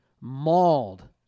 mauled